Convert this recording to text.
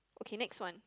okay next one